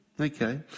Okay